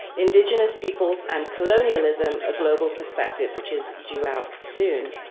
indigenous peoples and colonialism a global perspective, which is due out soon.